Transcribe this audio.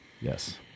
Yes